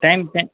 time time